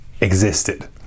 existed